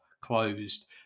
closed